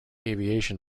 aviation